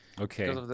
Okay